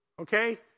Okay